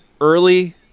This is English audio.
early